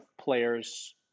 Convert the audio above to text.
players